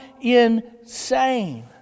insane